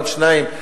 עוד שניים,